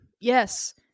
Yes